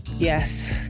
Yes